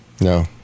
No